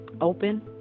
open